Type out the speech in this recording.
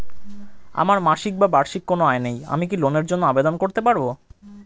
আমার মাসিক বা বার্ষিক কোন আয় নেই আমি কি লোনের জন্য আবেদন করতে পারব?